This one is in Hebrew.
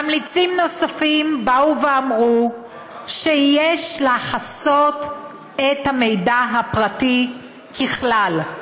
ממליצים נוספים באו ואמרו שיש לחסות את המידע הפרטי ככלל,